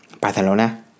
Barcelona